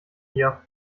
hier